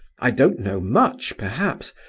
i don't know much, perhaps,